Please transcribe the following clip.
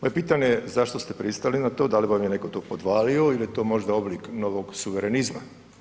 Ovo je pitanje zašto ste pristali na to, da li vam je netko to podvalio je to možda oblik novog suverenizma.